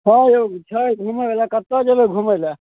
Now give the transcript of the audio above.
हँ यौ छै घुमेवला कत्तऽ जेबै घुमै लए